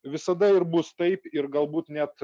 visada ir bus taip ir galbūt net